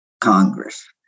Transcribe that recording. Congress